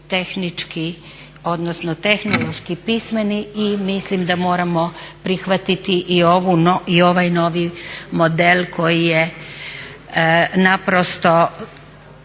tehnički, odnosno tehnološki pismeni i mislim da moramo prihvatiti i ovaj novi model koji je naprosto